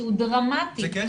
שהוא דרמטי -- יפעת,